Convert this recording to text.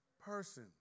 person